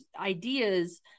ideas